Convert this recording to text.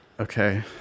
Okay